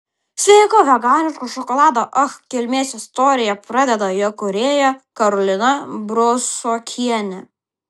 sveiko veganiško šokolado ach kilmės istoriją pradeda jo kūrėja karolina brusokienė